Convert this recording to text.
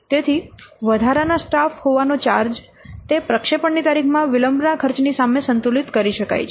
તેથી વધારાના સ્ટાફ હોવાનો ચાર્જ તે પ્રક્ષેપણની તારીખમાં વિલંબના ખર્ચની સામે સંતુલિત કરી શકાય છે